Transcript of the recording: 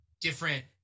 different